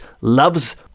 loves